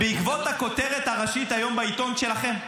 בעקבות הכותרת הראשית בעיתון שלכם היום.